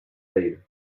sale